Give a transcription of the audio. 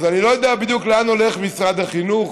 אז אני לא יודע בדיוק לאן הולך משרד החינוך.